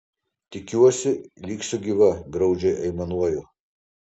tikiuosi liksiu gyva graudžiai aimanuoju